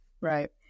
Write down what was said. right